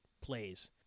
plays